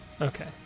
Okay